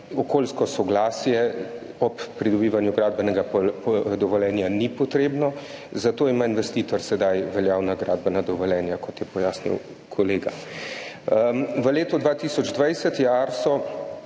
okolijsko soglasje ob pridobivanju gradbenega dovoljenja ni potrebno. Zato ima investitor sedaj veljavna gradbena dovoljenja, kot je pojasnil kolega. V letu 2020 je ARSO